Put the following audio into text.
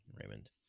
Raymond